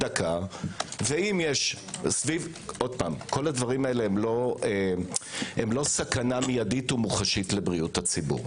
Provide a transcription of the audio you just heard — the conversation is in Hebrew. כל הדברים הללו הם לא סכנה מיידית ומוחשית לבריאות הציבור.